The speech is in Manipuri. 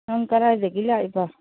ꯅꯪ ꯀꯗꯥꯏꯗꯒꯤ ꯂꯥꯛꯏꯕ